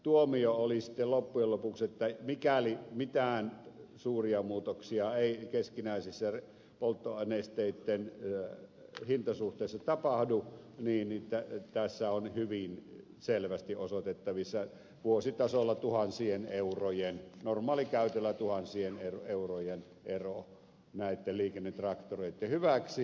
tuomio oli sitten loppujen lopuksi että mikäli mitään suuria muutoksia ei keskinäisissä polttonesteitten hintasuhteissa tapahdu tässä on hyvin selvästi osoitettavissa vuositasolla normaalikäytöllä tuhansien eurojen ero näitten liikennetraktoreitten hyväksi